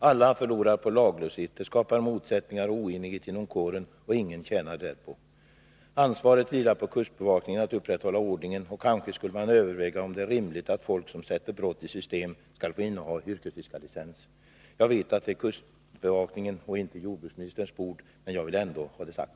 Alla förlorar på laglöshet. Det skapar motsättningar och oenighet inom kåren, och ingen tjänar därpå. Ansvaret för att upprätthålla ordningen vilar på kustbevakningen, och kanske skulle man överväga om det är rimligt att folk som sätter brott i system skall få inneha yrkesfiskarlicens. Jag vet att detta är kustbevakningens och inte jordbruksministerns bord, men jag ville ändå ha det sagt.